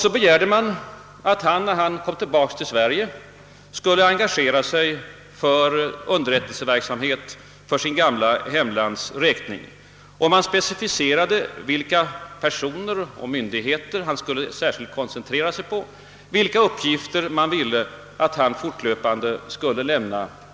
Så begärde man att han, när han kom tillbaka till Sverige, skulle engagera sig för underrättelseverksamhet för sitt gamla hemlands räkning, och man specificerade vilka personer och myndigheter han särskilt skulle koncentrera sig på och vilka uppgifter man ville att han fortlöpande skulle lämna.